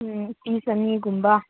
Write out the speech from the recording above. ꯎꯝ ꯄꯤꯁ ꯑꯅꯤꯒꯨꯝꯕ